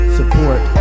support